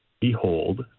behold